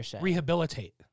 rehabilitate